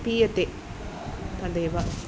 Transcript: पीयते तदेव